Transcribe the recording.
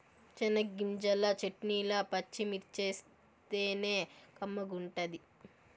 చెనగ్గింజల చెట్నీల పచ్చిమిర్చేస్తేనే కమ్మగుంటది